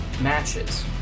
matches